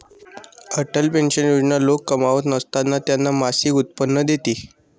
Atal pension योजना लोक कमावत नसताना त्यांना मासिक उत्पन्न देते